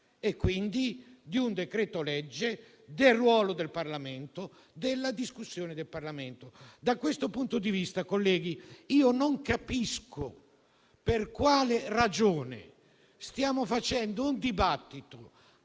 quindi di un decreto-legge, nel rispetto del ruolo del Parlamento e della discussione in Parlamento. Da questo punto di vista, colleghi, non capisco per quale ragione stiamo facendo un dibattito